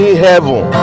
heaven